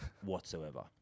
whatsoever